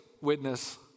witness